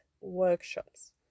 workshops